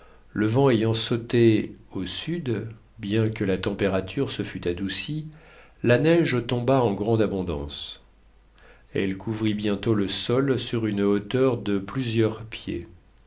le vent ayant sauté au sud bien que la température se fût adoucie la neige tomba en grande abondance elle couvrit bientôt le sol sur une hauteur de plusieurs pieds